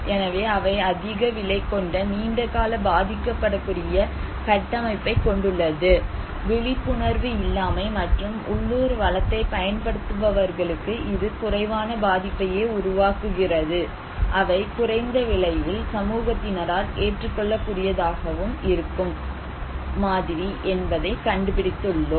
எனவே அவை அதிக விலை கொண்ட நீண்ட கால பாதிக்கப்படக்கூடிய கட்டமைப்பைக் கொண்டுள்ளது விழிப்புணர்வு இல்லாமை மற்றும் உள்ளூர் வளத்தை பயன்படுத்துபவர்களுக்கு இது குறைவான பாதிப்பையே உருவாக்குகிறது அவை குறைந்த விலையில் சமூகத்தினரால் ஏற்றுக்கொள்ளக் கூடியதாகவும் இருக்கும் மாதிரி என்பதை கண்டுபிடித்துள்ளோம்